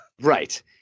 Right